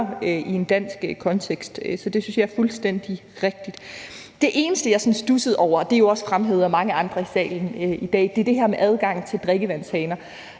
i en dansk kontekst. Så det synes jeg er fuldstændig rigtigt. Det eneste, jeg studsede over, og som jo også er blevet fremhævet af mange andre her i salen i dag, er det her med adgangen til drikkevandshaner.